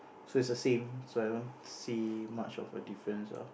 so is the same so I don't see much of a difference ah